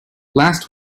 last